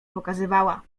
pokazywała